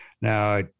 Now